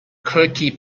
cookie